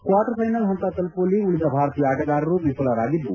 quarter final ಹಂತ ತಲುಪುವಲ್ಲಿ ಉಳಿದ ಭಾರತೀಯ ಆಟಗಾರರು ವಿಫಲರಾಗಿದ್ದು